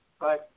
Bye